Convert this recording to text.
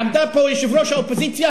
עמדה פה יושבת-ראש האופוזיציה,